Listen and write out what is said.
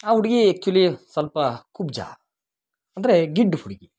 ಆ ಹುಡ್ಗಿ ಆ್ಯಕ್ಚುಲಿ ಸ್ವಲ್ಪ ಕುಬ್ಜ ಅಂದರೆ ಗಿಡ್ಡ ಹುಡ್ಗಿ